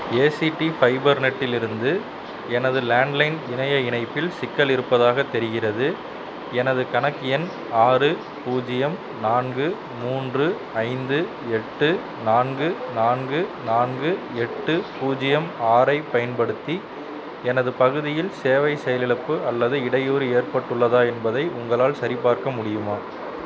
ACT fibre நெட்டிலிருந்து எனது landline இணைய இணைப்பில் சிக்கல் இருப்பதாகத் தெரிகிறது எனது கணக்கு எண் ஆறு பூஜ்ஜியம் நான்கு மூன்று ஐந்து எட்டு நான்கு நான்கு நான்கு எட்டு பூஜ்ஜியம் ஆறு ஐப் பயன்படுத்தி எனது பகுதியில் சேவை செயலிழப்பு அல்லது இடையூறு ஏற்பட்டுள்ளதா என்பதை உங்களால் சரிபார்க்க முடியுமா